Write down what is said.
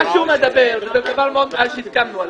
מה שהוא מדבר זה דבר שהסכמנו עליו,